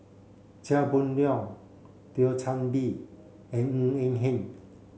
Chia Boon Leong Thio Chan Bee and Ng Eng Hen